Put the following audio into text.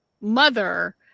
mother